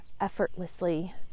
effortlessly